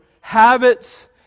habits